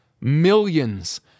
Millions